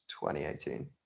2018